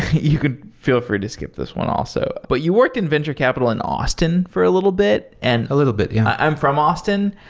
you could feel free to skip this one also. but you worked in venture capital in austin for a little bit. and a little bit yeah i'm from austin.